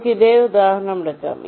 നമുക്ക് ഇതേ ഉദാഹരണം എടുക്കാം